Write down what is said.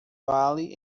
vale